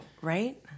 Right